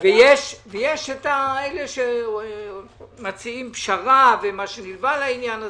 ויש אלה שמציעים פשרה ומה שנלווה לכך וכו'.